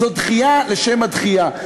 זו דחייה לשם הדחייה.